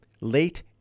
late